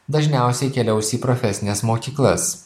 dažniausiai keliaus į profesines mokyklas